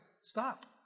stop